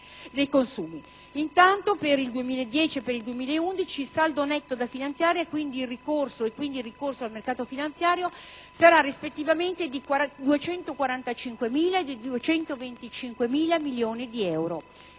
Intanto, per il 2010 e per il 2011, il saldo netto da finanziare, e quindi il ricorso al mercato finanziario, sarà rispettivamente di 245.000 e di 225.000 milioni di euro.